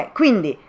quindi